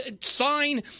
sign